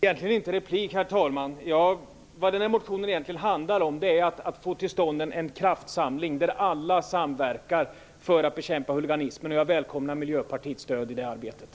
Herr talman! Vad motionen egentligen handlar om är att man bör få till stånd en kraftsamling där alla samverkar för att bekämpa huliganismen. Jag välkomnar Miljöpartiets stöd i det arbetet.